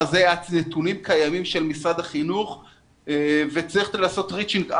זה היה מביא לנתונים קיימים של משרד החינוך וצריך לעשות ריצ'ינג אאוט,